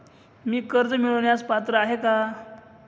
मी कर्ज मिळवण्यास पात्र आहे का?